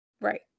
Right